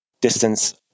distance